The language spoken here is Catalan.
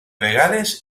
vegades